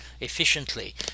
efficiently